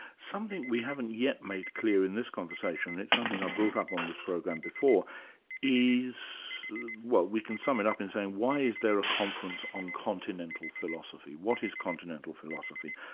something we haven't yet made clear in this conversation and it's something i've brought up on this program before is well we can sum it up in saying why is there a conference on continental philosophy. what is continental philosophy?